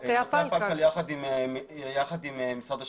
מטה הפלקל יחד עם משרד השיכון.